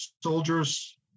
soldiers